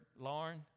Lauren